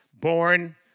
born